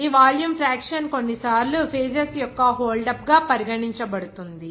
ఈ volume fraction కొన్నిసార్లు phases యొక్క హోల్డప్ గా పరిగణించబడుతుంది